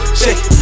shake